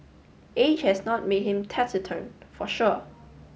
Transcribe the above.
age has not made him taciturn for sure